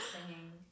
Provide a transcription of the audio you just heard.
singing